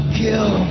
kill